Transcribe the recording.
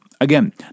Again